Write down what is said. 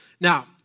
Now